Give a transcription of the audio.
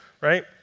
right